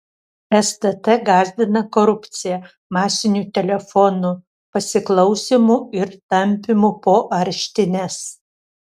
stt gąsdina korupcija masiniu telefonų pasiklausymu ir tampymu po areštines